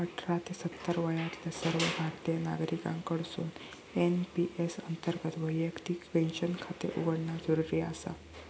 अठरा ते सत्तर वयातल्या सर्व भारतीय नागरिकांकडसून एन.पी.एस अंतर्गत वैयक्तिक पेन्शन खाते उघडणा जरुरी आसा